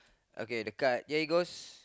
okay the card here it goes